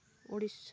Odisha